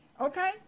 okay